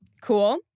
Cool